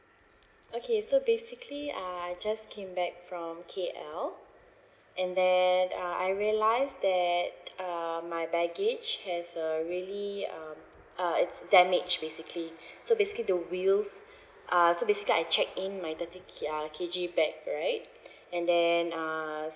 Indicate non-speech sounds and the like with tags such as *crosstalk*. okay so basically ah I just came back from K_L and then uh I realise that uh my baggage has a really um uh it's damage basically so basically the wheels uh so basically I check in my thirty K ah K_G bag right *breath* and then ah